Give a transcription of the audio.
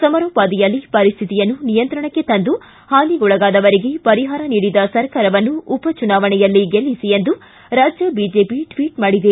ಸಮರೋಪಾದಿಯಲ್ಲಿ ಪರಿಸ್ಥಿತಿಯನ್ನು ನಿಯಂತ್ರಣಕ್ಕೆ ತಂದು ಹಾನಿಗೊಳಗಾದವರಿಗೆ ಪರಿಹಾರ ನೀಡಿದ ಸರ್ಕಾರವನ್ನು ಉಪಚುನಾವಣೆಯಲ್ಲಿ ಗೆಲ್ಲಿಸಿ ಎಂದು ರಾಜ್ಯ ಬಿಜೆಪಿ ಟ್ವಿಟ್ ಮಾಡಿದೆ